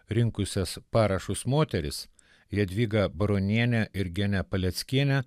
rinkusias parašus moteris jadvygą baronienę ir genę paleckienę